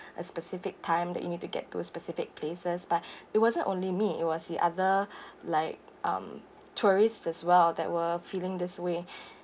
a specific time that you need to get to a specific places but it wasn't only me it was the other like um tourist as well that were feeling this way